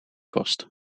kost